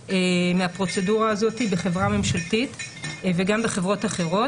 מהפרוצדורה הזאת בחברה ממשלתית וגם בחברות אחרות,